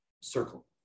Circle